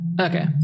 okay